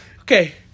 Okay